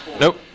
Nope